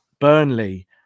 Burnley